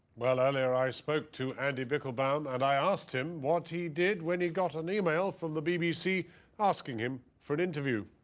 well, earlier i spoke to andy bichlbaum, and i asked him what he did when he got an email from the bbc asking him for an interview.